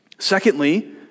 Secondly